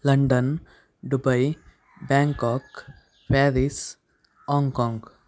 London Dubai Bangkok Paris Hong Kong